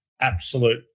absolute